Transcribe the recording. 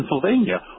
Pennsylvania